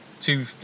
two